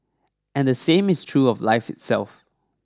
and the same is true of life itself